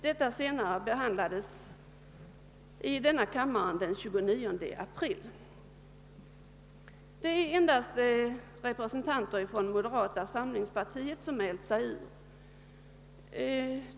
Detta senare behandlades i denna kammare den 20 april. Det är endast representanter för moderata samlingspartiet som mält sig ur.